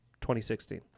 2016